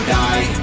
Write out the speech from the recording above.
die